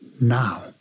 Now